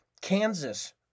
Kansas